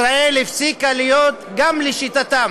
ישראל הפסיקה להיות, גם לשיטתן